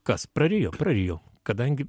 kas prarijo prarijo kadangi